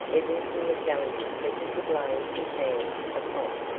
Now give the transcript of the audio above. everything of value that he could lay his hands upon.